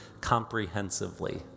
comprehensively